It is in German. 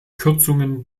kürzungen